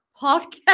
podcast